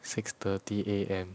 six thirty A M